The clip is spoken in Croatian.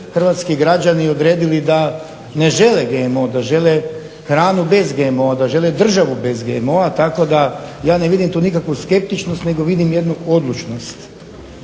hrvatski građani odredili da ne žele GMO da žele hranu bez GMO-a da žele državu bez GMO-a. tako da ja ne vidim tu nikakvu skeptičnost nego vidim jednu odlučnost.